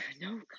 no